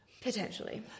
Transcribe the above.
potentially